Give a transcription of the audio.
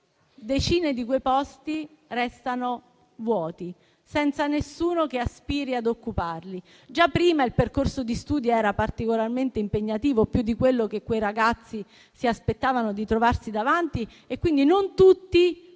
decine di quei posti restano vuoti, senza nessuno che aspiri ad occuparli. Già prima il percorso di studi era particolarmente impegnativo, più di quello che quei ragazzi si aspettavano di trovarsi davanti e, quindi, non tutti quelli